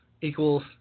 equals –